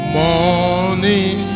morning